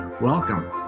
welcome